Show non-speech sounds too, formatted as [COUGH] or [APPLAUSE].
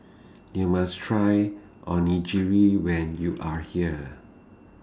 [NOISE] YOU must Try Onigiri when YOU Are here